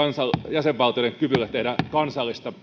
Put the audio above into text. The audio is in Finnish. jäsenvaltioiden kyvylle tehdä kansallista